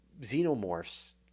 xenomorphs